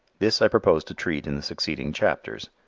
this i propose to treat in the succeeding chapters,